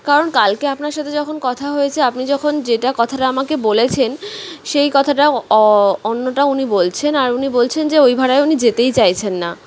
কারণ কালকে আপনার সাথে যখন কথা হয়েছে আপনি যখন যেটা কথাটা আমাকে বলেছেন সেই কথাটা অন্যটা উনি বলছেন আর উনি বলছেন যে ওই ভাড়ায় উনি যেতেই চাইছেন না